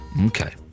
Okay